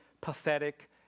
pathetic